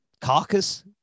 carcass